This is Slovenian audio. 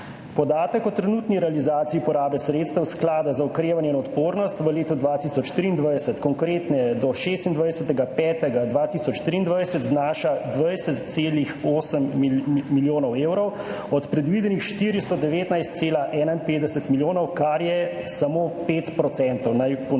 Podatek o trenutni realizaciji porabe sredstev Sklada za okrevanje in odpornost v letu 2023, konkretneje do 26. 5. 2023, znaša 20,8 milijona evrov od predvidenih 419,51 milijona, kar je samo 5 %. Naj ponovim, 5 %.